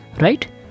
right